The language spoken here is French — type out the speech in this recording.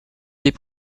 des